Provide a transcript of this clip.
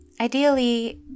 Ideally